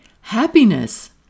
happiness